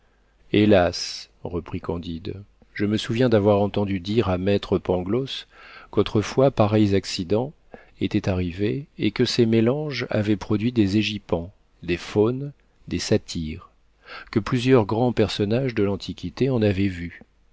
hélas reprit candide je me souviens d'avoir entendu dire à maître pangloss qu'autrefois pareils accidents étaient arrivés et que ces mélanges avaient produit des égypans des faunes des satyres que plusieurs grands personnages de l'antiquité en avaient vu